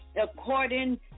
according